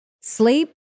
sleep